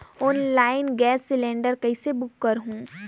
Online gas cylinder कइसे book करहु?